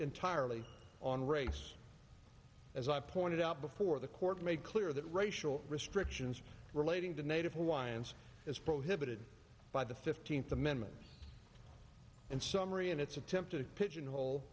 entirely on race as i pointed out before the court made clear that racial restrictions relating to native hawaiians is prohibited by the fifteenth amendment and summary and its attempt to pigeonhole